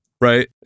Right